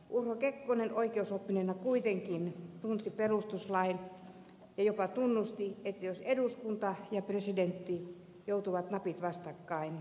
urho kekkonen oikeusoppineena kuitenkin tunsi perustuslain ja jopa tunnusti että jos eduskunta ja presidentti joutuvat napit vastakkain eduskunta voittaa